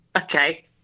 Okay